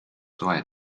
soe